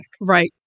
Right